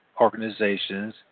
organizations